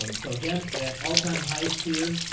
um so again, at all time highs here.